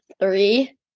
Three